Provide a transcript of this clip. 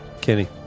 Kenny